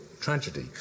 tragedy